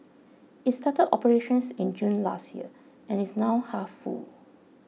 it started operations in June last year and is now half full